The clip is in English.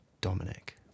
Dominic